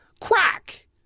Crack